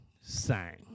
sang